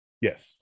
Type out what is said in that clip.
Yes